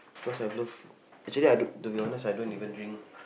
cause I love actually lah to be honest I don't even drink